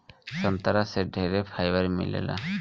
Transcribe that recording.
संतरा से ढेरे फाइबर मिलेला